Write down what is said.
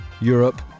Europe